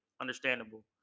Understandable